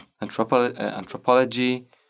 anthropology